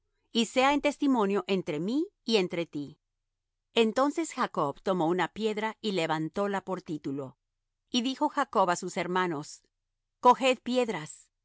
y sea en testimonio entre mí y entre ti entonces jacob tomó una piedra y levantóla por título y dijo jacob á sus hermanos coged piedras